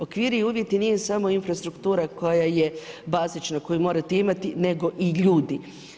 Okviri i uvjeti nije samo infrastruktura koja je bazična, koju morate imati nego i ljudi.